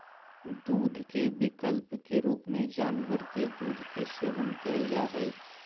दूध के विकल्प के रूप में जानवर के दूध के सेवन कइल जा हइ